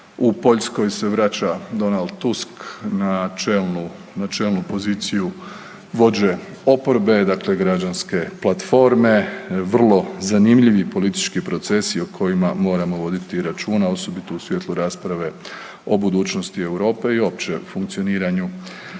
u Poljskoj se vraća Donald Tusk na čelnu poziciju vođe oporbe, dakle Građanske platforme. Vrlo zanimljivi politički procesi o kojima moramo voditi računa osobito u svjetlu rasprave o budućnosti Europe i uopće funkcioniranju EU.